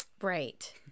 Right